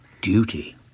duty